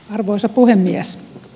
arvoisa puhemies